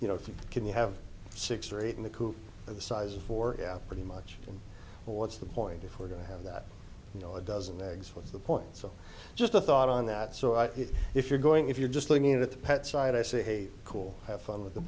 you know if you can have six or eight in the coop the size of four yeah pretty much what's the point if we're going to have that you know a dozen eggs what's the point so just a thought on that so i mean if you're going if you're just looking at the pet side i say hey cool have fun with the